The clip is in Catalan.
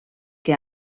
que